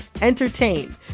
entertain